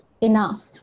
enough